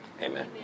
Amen